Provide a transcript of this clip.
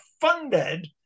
funded